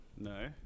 No